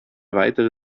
weitere